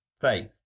faith